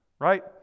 right